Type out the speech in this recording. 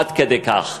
עד כדי כך.